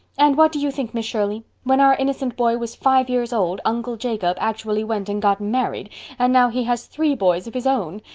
and what do you think, miss shirley? when our innocent boy was five years old uncle jacob actually went and got married and now he has three boys of his own.